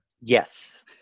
Yes